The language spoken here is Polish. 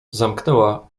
zamknęła